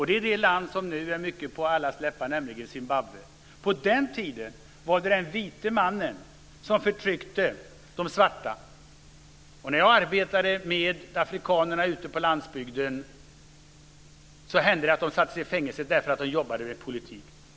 Det är det land som nu är på allas läppar, Zimbabwe. På den tiden var det den vite mannen som förtryckte de svarta. När jag arbetade med afrikanerna ute på landsbygden hände det att de sattes i fängelse därför att de jobbade med politik.